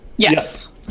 yes